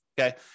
okay